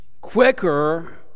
quicker